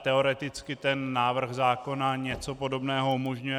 Teoreticky ten návrh zákona něco podobného umožňuje.